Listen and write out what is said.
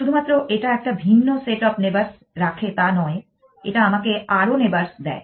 শুধুমাত্র এটা একটা ভিন্ন সেট অফ নেইবারস রাখে তা নয় এটা আমাকে আরও নেইবারস দেয়